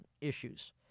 issues